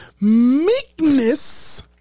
meekness